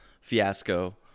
fiasco